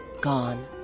gone